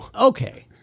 Okay